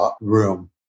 room